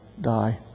die